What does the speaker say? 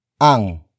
Ang